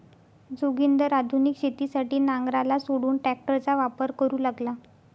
जोगिंदर आधुनिक शेतीसाठी नांगराला सोडून ट्रॅक्टरचा वापर करू लागला